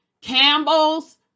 Campbell's